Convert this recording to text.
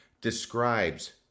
describes